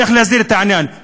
איך להסדיר את העניין,